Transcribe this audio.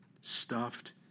stuffed